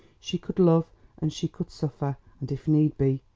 she could love and she could suffer, and if need be,